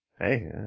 hey